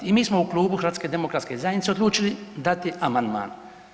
I mi smo u Klubu HDZ-a odlučili dati amandman.